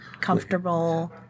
comfortable